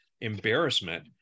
embarrassment